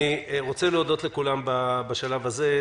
אני רוצה להודות לכולם בשלב הזה.